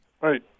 Right